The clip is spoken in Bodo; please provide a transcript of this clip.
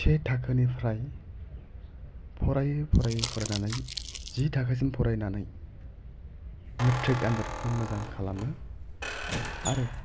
से थाखोनिफ्राइ फरायै फरायै फरायनानै जि थाखोसिम फरायनानै मेट्रिक आनजादखौ मोजां खालामो आरो